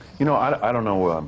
you know, i don't know.